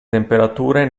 temperature